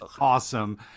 awesome